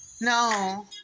No